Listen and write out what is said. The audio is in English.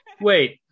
wait